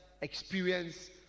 experience